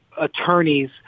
attorneys